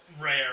rare